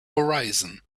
horizon